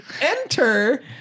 Enter